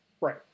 right